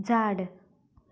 झाड